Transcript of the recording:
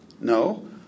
No